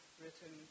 written